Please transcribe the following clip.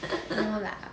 no lah